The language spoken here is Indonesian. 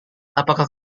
apakah